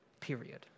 period